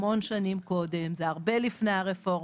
המון שנים קודם, זה הרבה לפני הרפורמה,